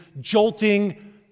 jolting